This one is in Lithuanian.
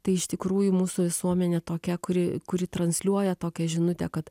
tai iš tikrųjų mūsų visuomenė tokia kuri kuri transliuoja tokią žinutę kad